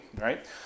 right